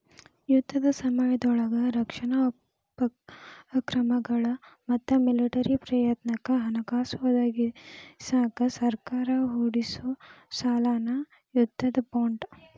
ಯುದ್ಧದ ಸಮಯದೊಳಗ ರಕ್ಷಣಾ ಉಪಕ್ರಮಗಳ ಮತ್ತ ಮಿಲಿಟರಿ ಪ್ರಯತ್ನಕ್ಕ ಹಣಕಾಸ ಒದಗಿಸಕ ಸರ್ಕಾರ ಹೊರಡಿಸೊ ಸಾಲನ ಯುದ್ಧದ ಬಾಂಡ್